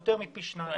יותר מפי שניים.